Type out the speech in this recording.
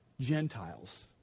Gentiles